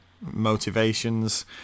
motivations